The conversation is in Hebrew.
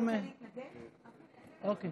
אדוני